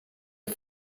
een